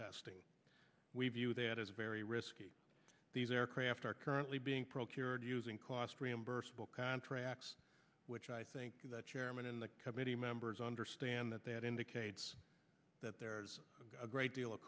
testing we view that as very risky these aircraft are currently being procured using cost reimbursable contracts which i think that chairman in the committee members understand that that indicates that there is a great deal of